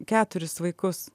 keturis vaikus